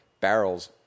Barrels